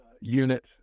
unit